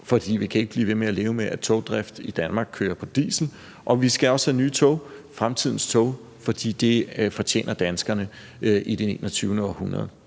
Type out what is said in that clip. fordi vi ikke kan blive ved med at leve med, at togdriften i Danmark kører på diesel, og vi skal også have nye tog, fremtidens tog, for det fortjener danskerne i det 21. århundrede.